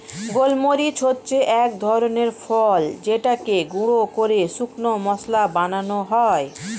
গোলমরিচ হচ্ছে এক ধরনের ফল যেটাকে গুঁড়ো করে শুকনো মসলা বানানো হয়